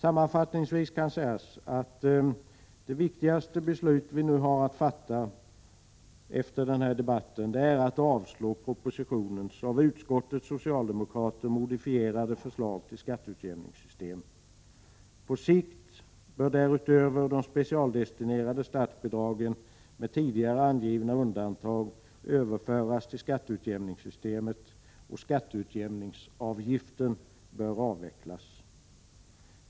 Sammanfattningsvis kan sägas att det viktigaste beslut vi nu har att fatta är att avslå propositionens av utskottets socialdemokrater modifierade förslag till skatteutjämningssystem. På sikt bör därutöver de specialdestinerade statsbidragen med tidigare angivna undantag överföras till skatteutjämningssystemet och skatteutjämningsavgiften avvecklas.